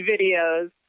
videos